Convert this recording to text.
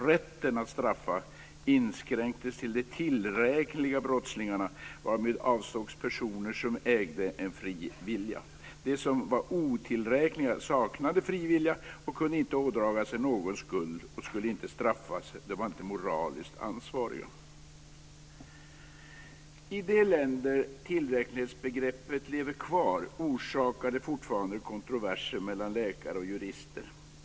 Rätten att straffa inskränktes till de "tillräkneliga" brottslingarna, varmed avsågs personer som ägde en fri vilja. De som var "otillräkneliga" saknade en fri vilja och kunde inte ådraga sig någon skuld och skulle inte straffas. De var inte moraliskt ansvariga. I de länder där tillräknelighetsbegreppet lever kvar orsakar det fortfarande kontroverser mellan läkare och jurister.